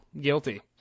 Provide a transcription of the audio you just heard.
guilty